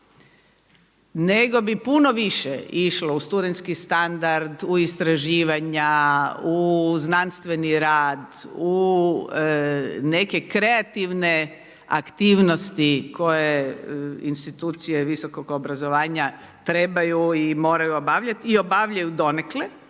Nego bi puno više išlo u studentski standard, u istraživanja, u znanstveni rad, u neke kreativne aktivnosti koje institucije visokog obrazovanja trebaju i moraju obavljati i obavljaju donekle.